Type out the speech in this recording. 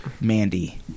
Mandy